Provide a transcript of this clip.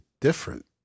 different